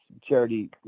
charity